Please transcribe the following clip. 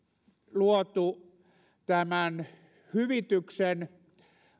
luotu tämän hyvityksen